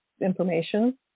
information